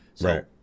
Right